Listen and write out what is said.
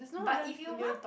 but if you want